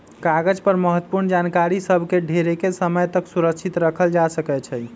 कागज पर महत्वपूर्ण जानकारि सभ के ढेरेके समय तक सुरक्षित राखल जा सकै छइ